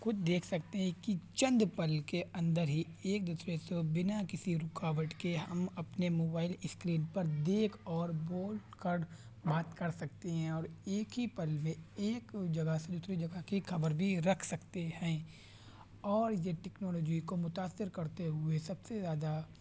خود دیکھ سکتے ہیں کہ چند پل کے اندر ہی ایک دوسرے سے بنا کسی رکاوٹ کے ہم اپنے موبائل اسکرین پر دیکھ اور بول کر بات کر سکتے ہیں اور ایک ہی پل میں ایک جگہ سے دوسری جگہ کی خبر بھی رکھ سکتے ہیں اور یہ ٹیکنالوجی کو متاثر کرتے ہوئے سب سے زیادہ